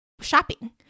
shopping